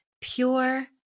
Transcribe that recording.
pure